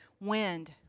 wind